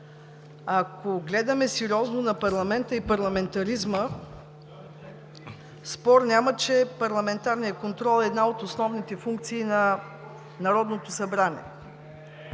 ако гледаме сериозно на парламента и парламентаризма, спор няма, че парламентарният контрол е една от основните функции на Народното събрание.